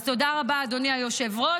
אז תודה רבה, אדוני היושב-ראש.